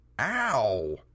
Ow